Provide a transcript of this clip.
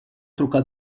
trucar